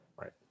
Right